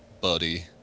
buddy